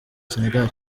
senegal